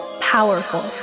powerful